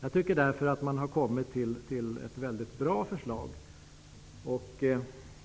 Jag tycker att man har kommit fram till ett väldigt bra förslag.